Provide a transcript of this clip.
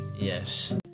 Yes